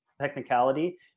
technicality